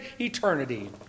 eternity